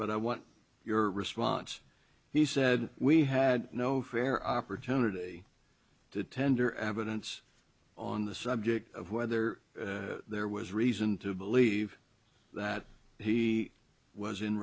but i want your response he said we had no fair opportunity to tender evidence on the subject of whether there was reason to believe that he was in